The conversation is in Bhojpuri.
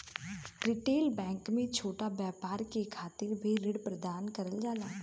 रिटेल बैंक में छोटा व्यापार के खातिर भी ऋण प्रदान करल जाला